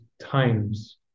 times